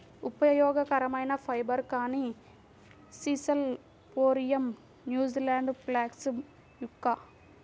ఉపయోగకరమైన ఫైబర్, కానీ sisal phormium, New Zealand flax yucca